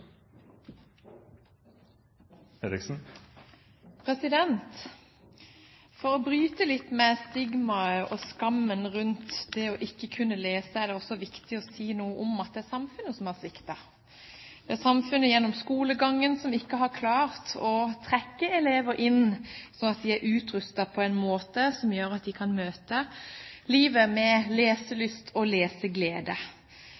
For å bryte litt med stigmaet og skammen rundt det ikke å kunne lese er det også viktig å si noe om at det er samfunnet som har sviktet. Det er samfunnet, gjennom skolegangen, som ikke har klart å trekke elever inn slik at de er utrustet på en måte som gjør at de kan møte livet med